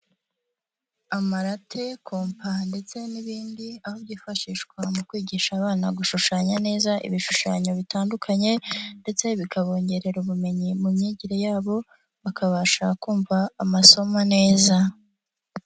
Amarate, kompa ndetse n'ibindi aho byifashishwa mu kwigisha abana gushushanya neza ibishushanyo bitandukanye ndetse bikabongerera ubumenyi mu myigire yabo bakabasha kumva amasomo neza.